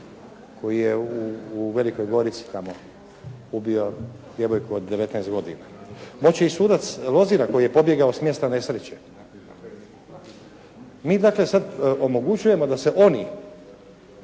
koji je u Velikoj Gorici tamo ubio djevojku od 19 godina. Moće i sudac Lozina koji je pobjegao s mjesta nesreće. Mi dakle sada omogućujemo da se oni